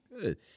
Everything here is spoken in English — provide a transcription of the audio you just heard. good